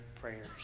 prayers